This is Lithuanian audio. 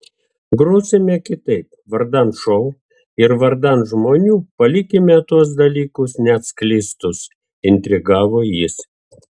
grosime kitaip vardan šou ir vardan žmonių palikime tuos dalykus neatskleistus intrigavo jis